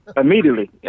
Immediately